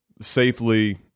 safely